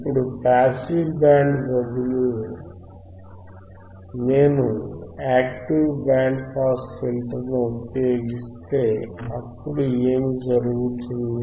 ఇప్పుడు passive band pass బదులు నేను యాక్టివ్ బ్యాండ్ పాస్ ఫిల్టర్ ఉపయోగిస్తే అప్పుడు ఏమి జరుగుతుంది